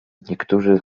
niektórzy